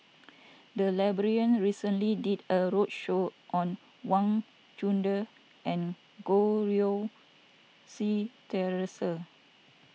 the library recently did a roadshow on Wang Chunde and Goh Rui Si theresa